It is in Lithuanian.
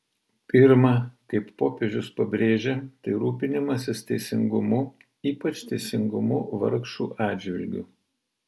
pirma kaip popiežius pabrėžė tai rūpinimasis teisingumu ypač teisingumu vargšų atžvilgiu